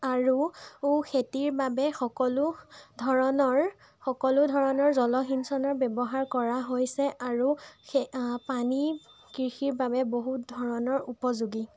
আৰু ও খেতিৰ বাবে সকলো ধৰণৰ সকলো ধৰণৰ জলসিঞ্চনৰ ব্যৱহাৰ কৰা হৈছে আৰু সে আ পানী কৃষিৰ বাবে বহুত ধৰণৰ উপযোগী